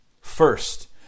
First